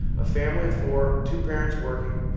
a family of four, two parents working,